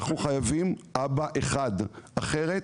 אנחנו חייבים אבא אחד, אחרת